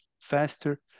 faster